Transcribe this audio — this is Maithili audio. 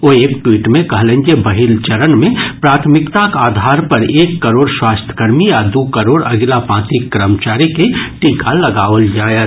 ओ एक ट्वीट मे कहलनि जे पहिल चरण मे प्राथमिकताक आधार पर एक करोड़ स्वास्थ्यकर्मी आ दू करोड़ अगिला पांतिक कर्मचारी के टीका लगाओल जायत